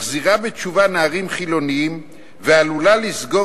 מחזירה בתשובה נערים חילונים ועלולה לסגור